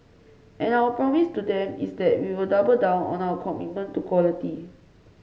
and our promise to them is that we will double down on our commitment to quality